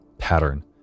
Pattern